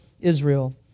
Israel